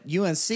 UNC